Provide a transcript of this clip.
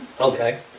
Okay